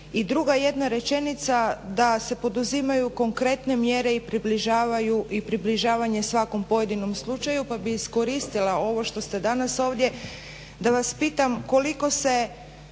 I druga jedna rečenica da se poduzimaju konkretne mjere i približavanje svakom pojedinom slučaju, pa bih iskoristila ovo što ste danas ovdje